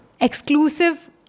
Exclusive